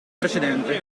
precedente